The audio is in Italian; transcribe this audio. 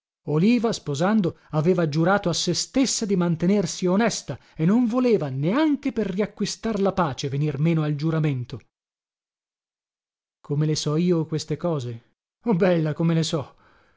oliva sposando aveva giurato a se stessa di mantenersi onesta e non voleva neanche per riacquistar la pace venir meno al giuramento come le so io queste cose oh bella come le so